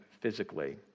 physically